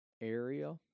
area